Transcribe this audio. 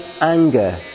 anger